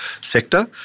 sector